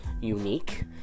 unique